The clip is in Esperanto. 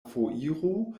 foiro